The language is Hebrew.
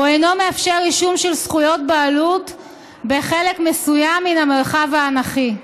הוא אינו מאפשר רישום של זכויות בעלות בחלק מסוים מן המרחב האנכי.